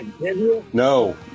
no